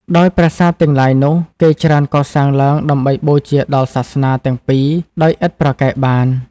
ដោយប្រាសាទទាំងឡាយនោះ គេច្រើនកសាងឡើងដើម្បីបូជាដល់ សាសនាទាំងពីរដោយឥតប្រកែកបាន។